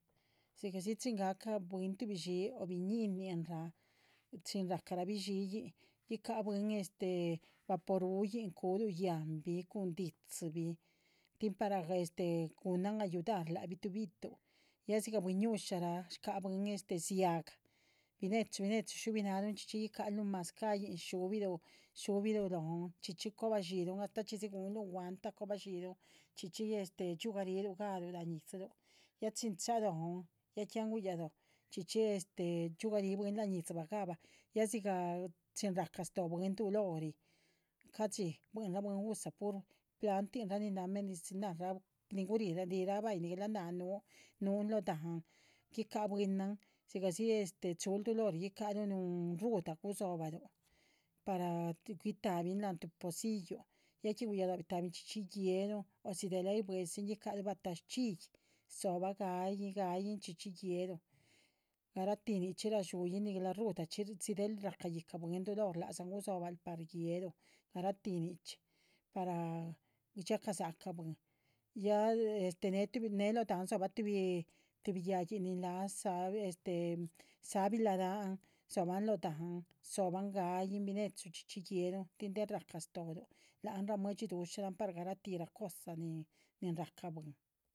Sigasi chin gaca tu buiin dxii o tu biñinnin, chin racarabi tu dxiin yihca buiinn- tu vaporuin culu yanhbi cun di´dzibi tin para gunahn ayudar labi tubitúnh ya sigasxih buiñusxha sca buiinn- syahah binechu binechu shubinarun chxíchi guicarú nunh mazcaín shubirú lonh chxíchi cobachxírun hasta chisxhí gunlu guanta cobachixírun, chxíchi sxíhugariru garú lanhñisxhíru ya que han guyaloh chxíchi yugarí buiinn- gah´ba, ya siga chin raca stoo buiinn- dulori ca´dxi buinra buiinn- usa pur plantin nin nah medicinal, nin gurirá ningla nah anh un lo dáan, yicah buiinnan del churu dulori guícarú nun ruda guzobalu guítabiin lanh tu posillon ya que guyalo bi´tabiin guelún osi del hay buesan guicaru batash chxíyi gaính gaính chxíchi guéluh garati nicxhi rashuinh nigla rudaxhi si del raca yihca buiinn- dulori lanh guzobaru gué´luh garati nixchí para xhiacasa´ca buiinn, ya neh lo dáan soba tu bi yaginh ni lah sabila lanh sooban loh dáan, zoban gaíin chxíchi zoban guélun tin del raca stooru lanh ramuexhí dxushan par garati cosa nin racá buiinn.